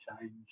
change